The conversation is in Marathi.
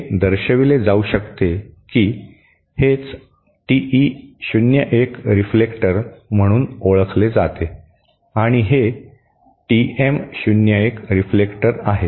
हे दर्शविले जाऊ शकते की हेच टीई 01 रिफ्लेक्टर म्हणून ओळखले जाते आणि हे टीएम 01 रिफ्लेक्टर आहे